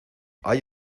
hay